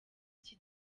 iki